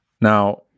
Now